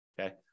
okay